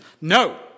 No